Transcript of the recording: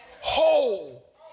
whole